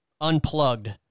unplugged